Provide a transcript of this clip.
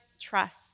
trust